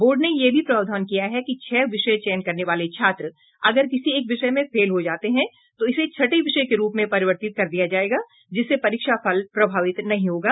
board ने यह भी प्रावधान किया है कि छह विषय चयन करने वाले छात्र अगर किसी एक विषय में फेल हो जाते हैं तो इसे छठे विषय के रूप में परिवर्तित कर दिया जाएगा जिससे परीक्षाफल प्रभावित नहीं होगा